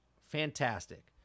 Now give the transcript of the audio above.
Fantastic